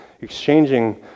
exchanging